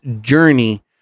journey